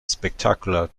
spectacular